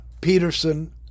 Peterson